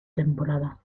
temporada